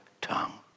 tongue